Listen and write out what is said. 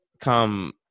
come